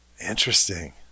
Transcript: interesting